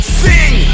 sing